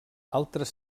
altres